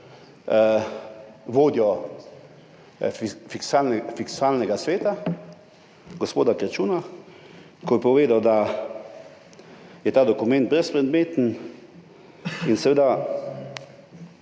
vodjo Fiskalnega sveta gospoda Kračuna, je [ta] povedal, da je ta dokument brezpredmeten in da